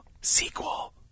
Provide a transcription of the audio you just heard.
sequel